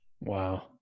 wow